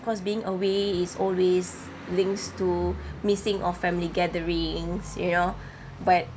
course being away is always links to missing all family gatherings you know but